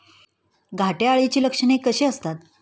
घाटे अळीची लक्षणे कशी असतात?